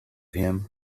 him